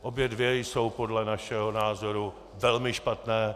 Obě dvě jsou podle našeho názoru velmi špatné.